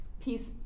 peace